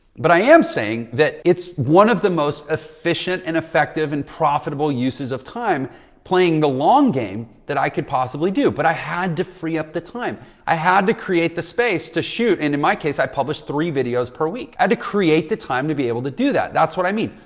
but i am saying that it's one of the most efficient and effective and profitable uses of time playing the long game that i could possibly do, but i had to free up the time i had to create the space to shoot and in my case i published three videos per week. i had to create the time to be able to do that. that's what i mean.